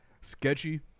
sketchy